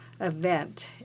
event